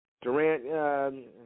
Durant